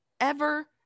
ever-